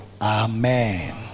Amen